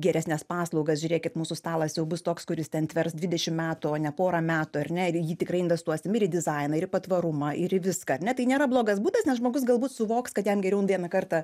geresnes paslaugas žiūrėkit mūsų stalas jau bus toks kuris ten tvers dvidešim metų o ne porą metų ar ne ir į jį tikrai investuosim ir į dizainą ir į patvarumą ir į viską ar ne tai nėra blogas būdas nes žmogus galbūt suvoks kad jam geriau vieną kartą